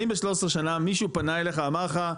האם ב-13 שנה מישהו פנה אליך ואמר לך,